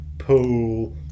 pool